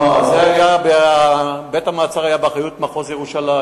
אה, בית-המעצר היה באחריות מחוז ירושלים.